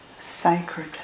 sacred